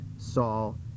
Saul